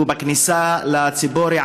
שהוא בכניסה לציפורי,